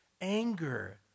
anger